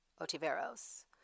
Otiveros